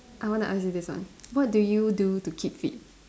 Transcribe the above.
I want to ask you this one what do you do to keep fit